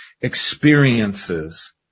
experiences